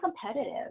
competitive